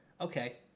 okay